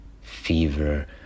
Fever